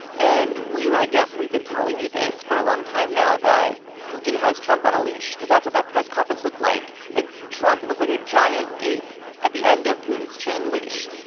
and we were like, yep, we've been telling you this for a long time now that putin has trump on a leash. because that's what that press conference looked like. like, trump looked like a giant ape at the end of putin's chain leash,